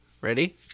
ready